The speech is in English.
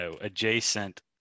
adjacent